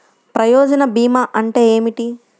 ప్రయోజన భీమా అంటే ఏమిటి?